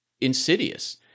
insidious